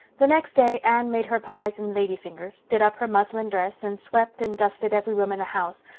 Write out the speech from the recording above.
the next day anne made her pies and lady fingers, did up her muslin dress, and swept and dusted every room in the house.